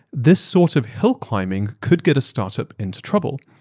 this sort of hill climbing could get a startup into trouble.